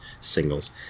singles